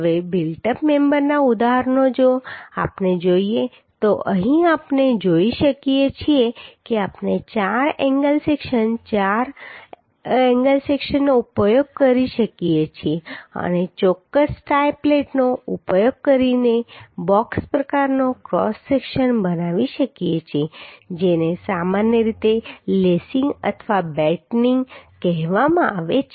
હવે built up મેમ્બરના ઉદાહરણો જો આપણે જોઈએ તો અહીં આપણે જોઈ શકીએ છીએ કે આપણે 4 એન્ગલ સેક્શન 4 એન્ગલ સેક્શનનો ઉપયોગ કરી શકીએ છીએ અને ચોક્કસ ટાઈ પ્લેટનો ઉપયોગ કરીને બોક્સ પ્રકારનો ક્રોસ સેક્શન બનાવી શકીએ છીએ જેને સામાન્ય રીતે લેસિંગ અથવા બેટનિંગ કહેવામાં આવે છે